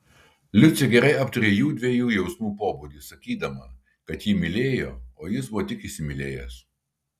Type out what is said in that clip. liucė gerai aptarė jųdviejų jausmų pobūdį sakydama kad ji mylėjo o jis buvo tik įsimylėjęs